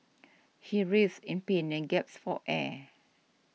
he writhed in pain and gasped for air